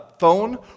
Phone